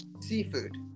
seafood